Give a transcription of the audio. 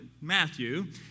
Matthew